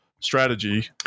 strategy